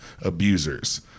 abusers